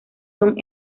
son